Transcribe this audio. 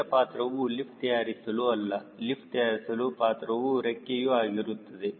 ಇದರ ಪಾತ್ರವು ಲಿಫ್ಟ್ ತಯಾರಿಸುವುದು ಅಲ್ಲ ಲಿಫ್ಟ್ ತಯಾರಿಸುವ ಪಾತ್ರವೂ ರೆಕ್ಕೆಯ ಆಗಿರುತ್ತದೆ